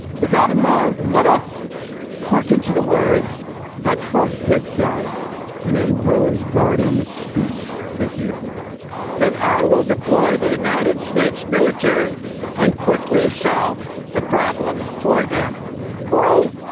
with that in mind, let us hearken to the words that trump did say in a rose garden speech this evening then i will deploy the united states military and quickly solve the problem for them great.